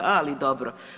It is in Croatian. Ali dobro.